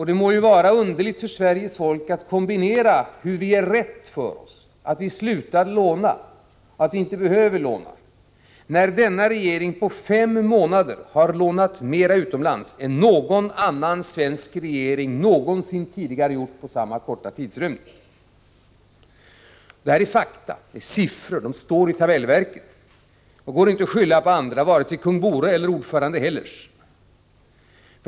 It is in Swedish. Det må vara förståeligt om Sveriges folk har svårt att kombinera påståendet att vi gör rätt för oss och att vi inte behöver låna utomlands med det faktum att denna regering på fem månader har lånat mera utomlands än någon annan svensk regering någonsin tidigare gjort under samma korta tidrymd. Det här är fakta. Det är siffror som står att läsa i tabellverket. Det går inte att skylla på andra, varken på Kung Bore eller på ordförande Hellers.